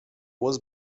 was